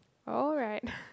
alright